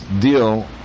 deal